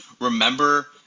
Remember